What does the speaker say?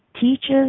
teaches